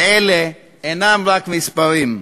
ואלה אינם רק מספרים.